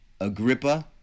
Agrippa